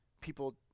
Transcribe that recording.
people